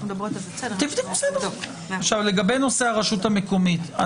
לנושא הרשות המקומית.